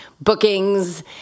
bookings